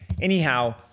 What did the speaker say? Anyhow